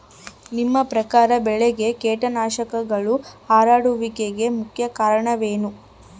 ನಿಮ್ಮ ಪ್ರಕಾರ ಬೆಳೆಗೆ ಕೇಟನಾಶಕಗಳು ಹರಡುವಿಕೆಗೆ ಮುಖ್ಯ ಕಾರಣ ಏನು?